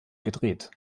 gedreht